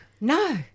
No